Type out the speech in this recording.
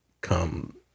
come